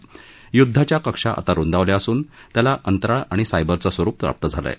दरम्यान युध्दाच्या कक्षा आता रुंदावल्या असून त्यांना अंतराळ आणि सायबरचं स्वरुप प्राप्त झालं आहे